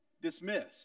dismissed